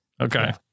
Okay